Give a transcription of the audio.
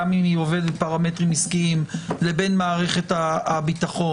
גם היא עובדת פרמטרים עסקיים לבין מערכת הביטחון.